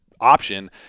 option